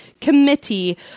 committee